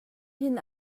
hin